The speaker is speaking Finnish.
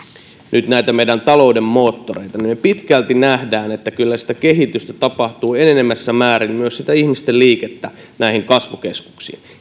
nyt näitä meidän talouden moottoreita niin pitkälti nähdään että kyllä sitä kehitystä tapahtuu enenevässä määrin myös sitä ihmisten liikettä näihin kasvukeskuksiin